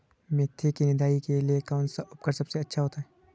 मेथी की निदाई के लिए कौन सा उपकरण सबसे अच्छा होता है?